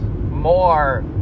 more